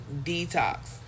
detox